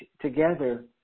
together